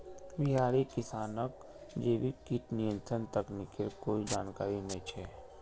बिहारी किसानक जैविक कीट नियंत्रण तकनीकेर कोई जानकारी नइ छ